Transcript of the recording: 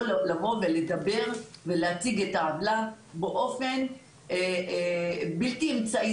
לבוא ולדבר ולהציג את העוולה באופן בלתי אמצעי.